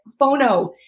phono